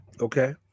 Okay